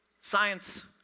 Science